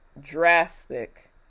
drastic